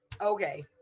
Okay